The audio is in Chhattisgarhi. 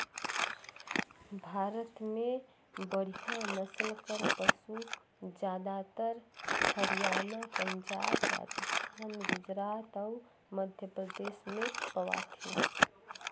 भारत में बड़िहा नसल कर पसु जादातर हरयाना, पंजाब, राजिस्थान, गुजरात अउ मध्यपरदेस में पवाथे